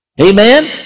Amen